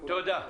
תודה.